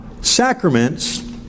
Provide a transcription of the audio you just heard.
sacraments